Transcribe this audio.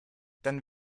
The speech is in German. dann